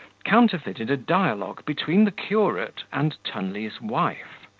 counterfeited a dialogue between the curate and tunley's wife.